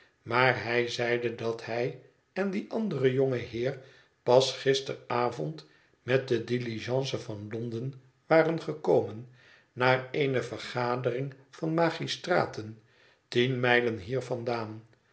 maar hij zeide dat hij en die andere jonge heer pas gisteravond met de diligence van londen waren gekomen naar eene vergadering van magistraten tien mijlen hier vandaan